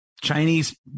Chinese